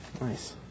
Nice